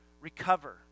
recover